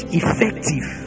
effective